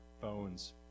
phones